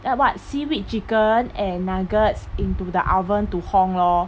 add what seaweed chicken and nuggets into the oven to 烘 lor